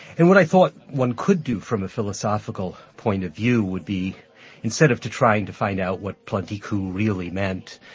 and what i thought one could do from the philosophical point of view would be instead of trying to find out what plenty coups really meant,